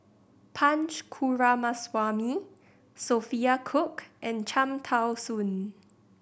Punch Coomaraswamy Sophia Cooke and Cham Tao Soon